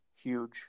Huge